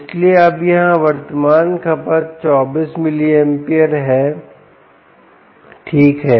इसलिए अब यहां वर्तमान खपत 25 मिलिअमपेरे है ठीक है